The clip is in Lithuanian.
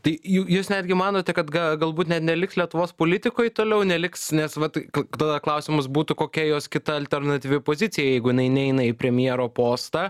tai jū jūs netgi manote kad ga galbūt ne neliks lietuvos politikoj toliau neliks nes vat tada klausimas būtų kokia jos kita alternatyvi pozicija jeigu jinai neina į premjero postą